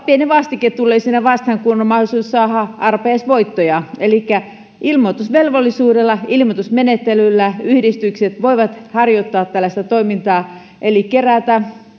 pieni vastike tulee siinä vastaan kun on mahdollisuus saada arpajaisvoittoja elikkä ilmoitusvelvollisuudella ilmoitusmenettelyllä yhdistykset voivat harjoittaa tällaista toimintaa eli kerätä